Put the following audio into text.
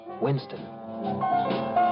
Winston